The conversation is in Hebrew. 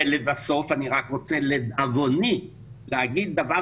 ולבסוף אני רוצה לדאבוני להגיד דבר